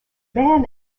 van